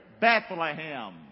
Bethlehem